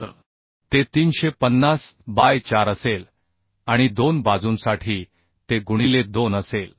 तर ते 350 बाय 4 असेल आणि 2 बाजूंसाठी ते गुणिले 2 असेल